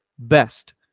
best